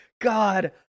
God